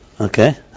Okay